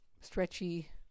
stretchy